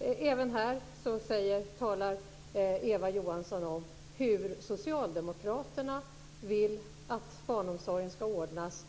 Även här talar Eva Johansson om hur socialdemokraterna vill att barnomsorgen skall ordnas.